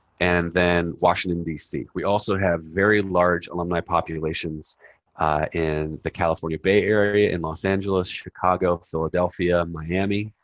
and then washington dc. we also have very large alumni populations in the california bay area in los angeles, chicago, philadelphia, miami.